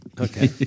Okay